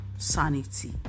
sanity